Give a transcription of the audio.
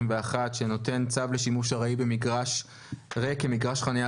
שנותן צו לשימוש ארעי במגרש ריק כמגרש חנייה